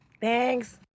thanks